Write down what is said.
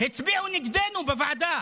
הצביעו נגדנו בוועדה,